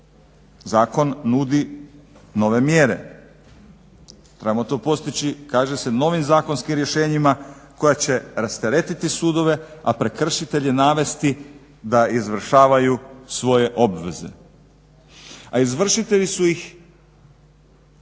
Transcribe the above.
Zakon nudi nove mjere. Trebamo to postići, kaže se, novim zakonskim rješenjima koja će rasteretiti sudove, a prekršitelje navesti da izvršavaju svoje obveze. A izvršavati će ih